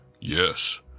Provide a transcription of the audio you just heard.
Yes